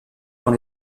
dans